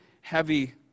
heavy